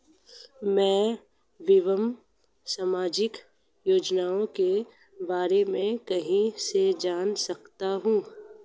मैं विभिन्न सामाजिक योजनाओं के बारे में कहां से जान सकता हूं?